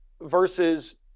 versus